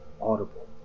audible